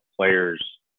players